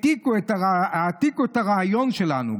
העתיקו את הרעיון שלנו.